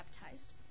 baptized